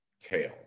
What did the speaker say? tail